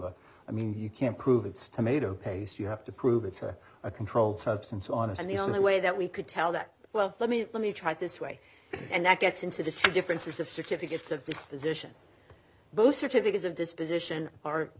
prove i mean you can't prove it's tomato paste you have to prove it's a controlled substance on and the only way that we could tell that well let me let me try this way and that gets into the differences of certificates of disposition both certificates of disposition are